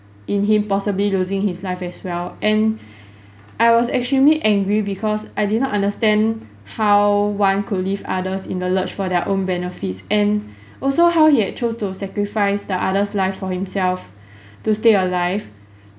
in him possibly losing his life as well and I was extremely angry because I did not understand how one could leave others in the lurch for their own benefits and also how he had chose to sacrifice the other's life for himself to stay alive